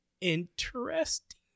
interesting